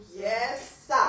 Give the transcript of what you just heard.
Yes